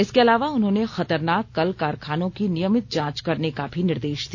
इसके अलावा उन्होंने खतरनाक कल कारखानों की नियमित जांच करने का भी निर्देश दिया